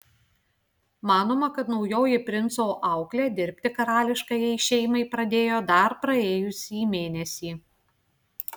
manoma kad naujoji princo auklė dirbti karališkajai šeimai pradėjo dar praėjusį mėnesį